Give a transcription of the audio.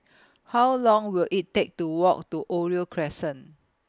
How Long Will IT Take to Walk to Oriole Crescent